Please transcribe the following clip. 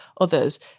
others